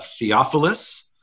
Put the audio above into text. theophilus